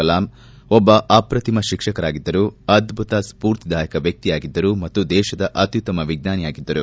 ಕಲಾಂ ಒಬ್ಬ ಅಪ್ರತಿಮ ಶಿಕ್ಷಕರಾಗಿದ್ದರು ಅದ್ದುತ ಸ್ಫೂರ್ತಿದಾಯಕ ವ್ಯಕ್ತಿಯಾಗಿದ್ದರು ಮತ್ತು ದೇಶದ ಅತ್ಯುತ್ತಮ ವಿಜ್ಙಾನಿಯಾಗಿದ್ದರು